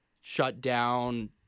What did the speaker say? shut-down